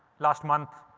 last month,